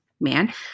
man